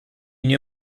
nie